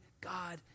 God